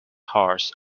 harsh